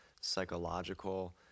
psychological